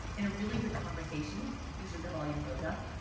in a really good conversation, usually the volume goes up.